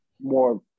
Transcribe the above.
more